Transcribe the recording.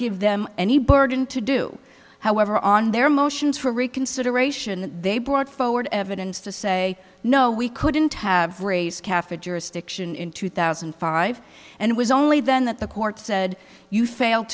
give them any burden to do however on their motions for reconsideration they brought forward evidence to say no we couldn't have raised cafe jurisdiction in two thousand and five and it was only then that the court said you failed